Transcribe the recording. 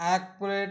এক প্লেট